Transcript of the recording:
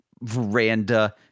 veranda